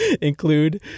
include